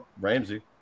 Ramsey